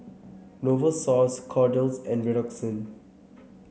Novosource Kordel's and Redoxon